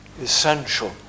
essential